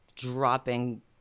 dropping